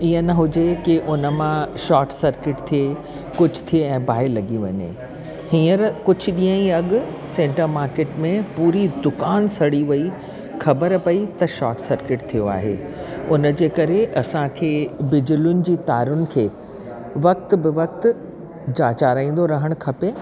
इअं न हुजे की उन मां शॉट सर्किट थिए कुझु थिए ऐं बाहि लॻी वञे हीअंर कुझु ॾींहं ई अॻु सेंटर मार्केट में पूरी दुकानु सड़ी वई ख़बर पई त शॉट सर्किट थियो आहे उन जे करे असांखे बिजलुन जी तारूंन खे वक़्त बे वक़्त जा चाहिंदो रहणु खपे